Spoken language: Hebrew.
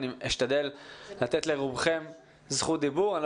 אני אשתדל לתת לרובכם זכות דיבור אבל אני